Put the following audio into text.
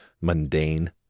mundane